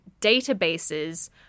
databases